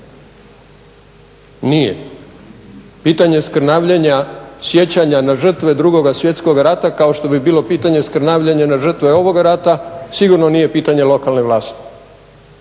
nije. Pitanje skrnavljenja sjećanja na žrtve Drugoga svjetskog rata kako što bi bilo pitanje skrnavljenja na žrtve ovoga rata, sigurno nije pitanje lokalne vlasti